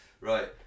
Right